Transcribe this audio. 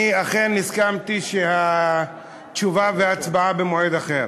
אני אכן הסכמתי שהתשובה וההצבעה יהיו במועד אחר.